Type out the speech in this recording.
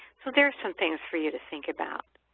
so there's some things for you to think about.